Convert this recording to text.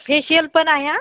facial पण आहे हां